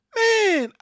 man